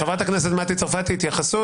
חברת הכנסת מטי צרפתי התייחסות,